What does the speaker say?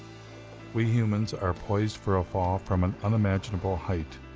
we humans are poised for a fall from an unimaginable height.